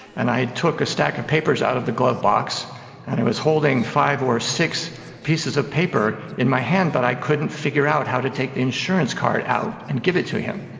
and i took a stack of papers out of the glovebox and i was holding five or six pieces of paper in my hand but i couldn't figure out how to take the insurance card out and give it to him.